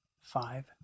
five